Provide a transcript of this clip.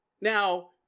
Now